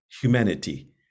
humanity